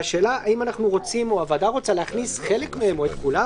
והשאלה האם אנחנו רוצים או הוועדה רוצה להכניס חלק מהם או את כולם,